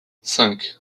cinq